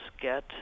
get